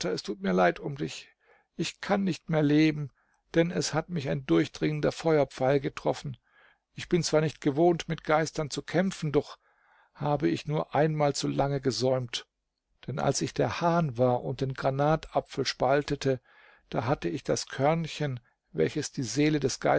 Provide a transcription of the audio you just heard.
es tut mir leid um dich ich kann nicht mehr leben denn es hat mich ein durchdringender feuerpfeil getroffen ich bin zwar nicht gewohnt mit geistern zu kämpfen doch habe ich nur einmal zu lange gesäumt denn als ich der hahn war und den granatapfel spaltete da hatte ich das körnchen welches die seele des